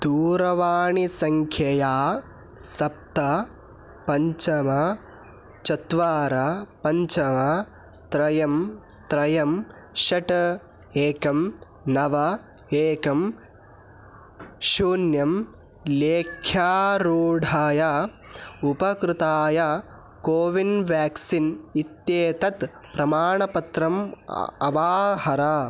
दूरवाणीसङ्ख्यया सप्त पञ्च चत्वारि पञ्च त्रयं त्रयं षट् एकं नव एकं शून्यं लेख्यारूढाय उपकृताय कोविन् व्याक्सिन् इत्येतत् प्रमाणपत्रम् अवाहर